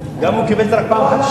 גם אם הוא קיבל את זה רק פעם אחת?